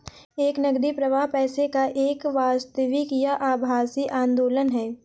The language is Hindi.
एक नकदी प्रवाह पैसे का एक वास्तविक या आभासी आंदोलन है